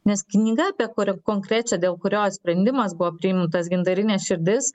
nes knyga apie kurią konkrečią dėl kurios sprendimas buvo priimtas gintarinė širdis